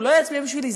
הוא לא יצביע בשבילי,